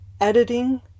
Editing